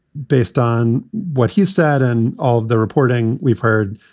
based on what he said and of the reporting we've heard,